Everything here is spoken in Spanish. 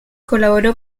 colaboró